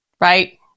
right